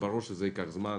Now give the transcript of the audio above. ברור שזה ייקח זמן,